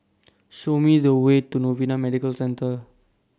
Show Me The Way to Novena Medical Centre